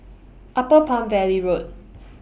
Upper Palm Valley Road